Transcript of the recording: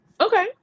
Okay